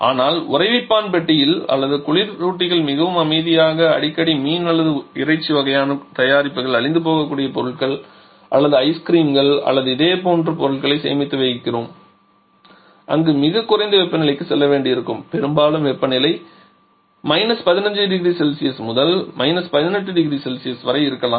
ஆனால் உறைவிப்பான் பெட்டியில் அல்லது குளிரூட்டிகளில் மிகவும் அமைதியாக அடிக்கடி மீன் அல்லது இறைச்சி வகையான தயாரிப்புகள் அழிந்துபோகக்கூடிய பொருட்கள் அல்லது ஐஸ்கிரீம்கள் அல்லது இதே போன்ற பொருட்களை சேமித்து வைக்கிறோம் அங்கு நாம் மிகக் குறைந்த வெப்பநிலைக்கு செல்ல வேண்டியிருக்கும் பெரும்பாலும் வெப்பநிலை 15 0C முதல் −18 0C வரை இருக்கலாம்